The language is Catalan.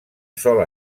sol